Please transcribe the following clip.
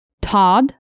Todd